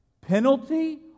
penalty